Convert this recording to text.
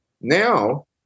now